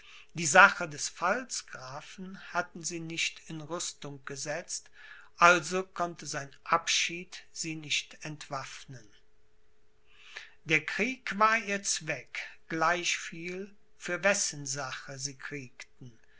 die sache des pfalzgrafen hatte sie nicht in rüstung gesetzt also konnte sein abschied sie nicht entwaffnen der krieg war ihr zweck gleich viel für wessen sache sie kriegten